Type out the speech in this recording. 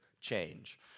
change